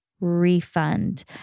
refund